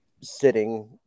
sitting